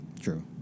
true